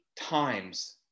times